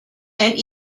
and